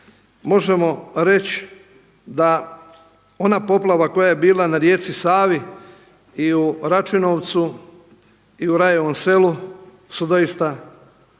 možemo reći da ona poplava koja je bila na rijeci Savi i u Račinovcu i u Rajevom selu su doista poplave